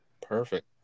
Perfect